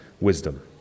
wisdom